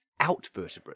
outvertebrates